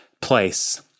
place